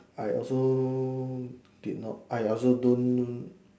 I also did not I also don't